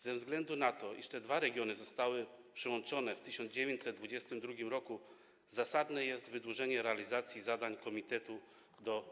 Ze względu na to, iż te dwa regiony zostały przyłączone w 1922 r., zasadne jest wydłużenie realizacji zadań komitetu do